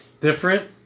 different